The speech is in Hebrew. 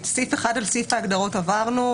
על סעיף (1) לסעיף ההגדרות עברנו.